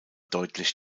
deutlich